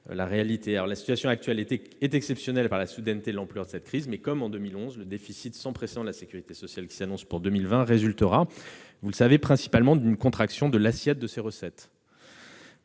la réalité. La situation actuelle est exceptionnelle par la soudaineté et l'ampleur de cette crise. Toutefois, comme en 2011, le déficit sans précédent de la sécurité sociale qui s'annonce pour 2020 résultera principalement, vous le savez, d'une contraction de l'assiette de ses recettes.